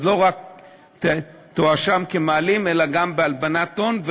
אז לא תואשם רק כמעלים אלא גם בהלבנת הון,